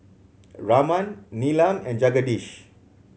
Raman Neelam and Jagadish